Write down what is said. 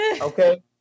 Okay